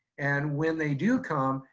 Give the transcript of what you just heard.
and when they do come,